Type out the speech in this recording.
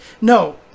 No